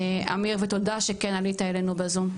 אמיר, תודה שכן עלית אלינו בזום.